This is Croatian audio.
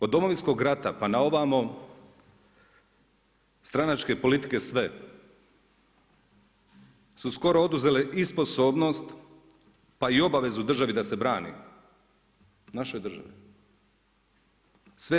Od Domovinskog rata, pa na ovamo, stranačke politike sve su skoro oduzele i sposobnost pa i obavezu državi da se brani, našoj državi.